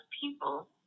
people